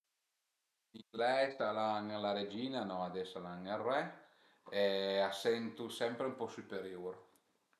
Gli ingleis al an la regina, no ades al an ël re e a së sentu sempre ën po süperiur